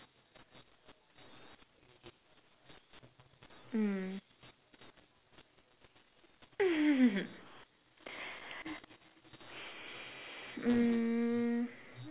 mm mm